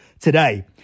today